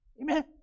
Amen